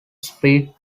spread